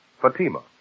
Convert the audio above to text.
Fatima